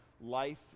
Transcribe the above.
life